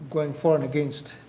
going for and against